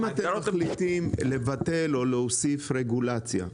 אם אתם מחליטים לבטל או להוסיף רגולציה,